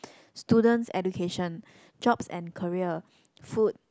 student's education jobs and career food